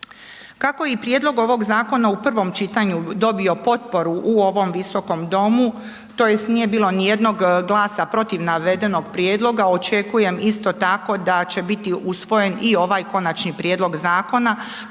Kako je i prijedlog ovog zakona u prvom čitanju dobio potporu u ovom Visokom domu tj. nije bilo nijednog glasa protiv navedenog prijedloga, očekujem isto tako da će biti usvojen i ovaj konačni prijedlog zakona,